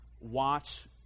Watch